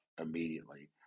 immediately